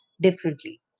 differently